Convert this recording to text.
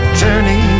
journey